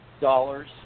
Dollars